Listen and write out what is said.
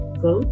go